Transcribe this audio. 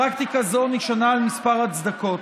פרקטיקה זו נשענה על כמה הצדקות: